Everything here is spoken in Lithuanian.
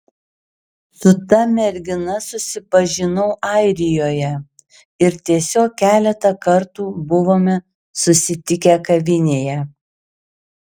su ta mergina susipažinau airijoje ir tiesiog keletą kartų buvome susitikę kavinėje